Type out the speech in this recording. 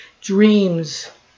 Dreams